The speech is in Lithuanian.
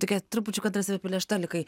tokia trupučiuką tarsi apiplėšta likai